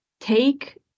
Take